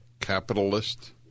capitalist